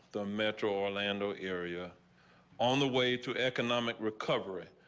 the metro orlando area on the way to economic recovery.